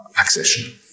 accession